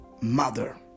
mother